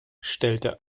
stellte